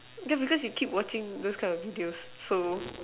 yeah because you keep watching those kind of videos so